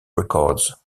records